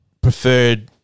preferred